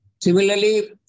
Similarly